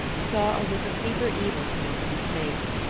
saw a look of deeper evil come into his face.